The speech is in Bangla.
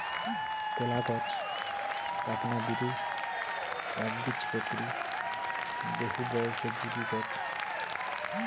কলাগছ এ্যাকনা বীরু, এ্যাকবীজপত্রী, বহুবর্ষজীবী গছ